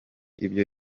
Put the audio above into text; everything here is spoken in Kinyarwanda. ibyo